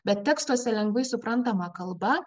bet tekstuose lengvai suprantama kalba